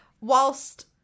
Whilst